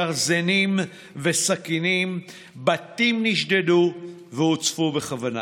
גרזינים וסכינים, בתים נשדדו והוצפו בכוונה.